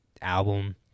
album